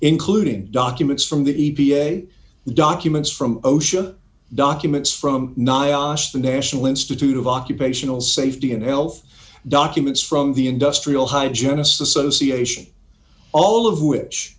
including documents from the e p a documents from osha documents from nyasha the national institute of occupational safety and health documents from the industrial high genesis association all of which